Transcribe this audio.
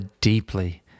deeply